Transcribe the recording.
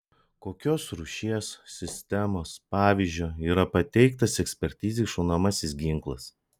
kokios rūšies sistemos pavyzdžio yra pateiktas ekspertizei šaunamasis ginklas